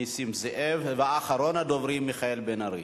נסים זאב, ואחרון הדוברים, מיכאל בן-ארי.